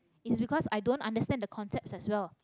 it's because i don't understand the concepts as well